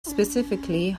specifically